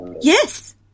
Yes